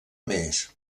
mes